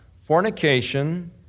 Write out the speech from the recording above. fornication